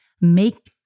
Make